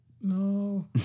No